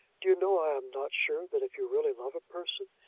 do you know i'm not sure that if you really love a person,